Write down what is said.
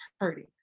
hurting